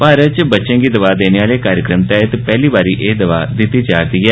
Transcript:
भारत च बच्चे दी दवा देने आले कार्यक्रम तैहत पैहली बारी एह दवा दित्ती जा रदी ऐ